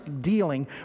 dealing